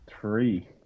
three